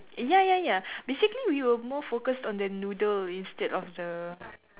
ya ya ya basically we were more focused on the noodle instead of the